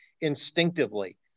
instinctively